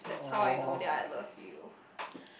!aww!